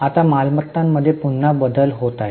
आता मालमत्तांमध्ये पुन्हा बदल होत आहेत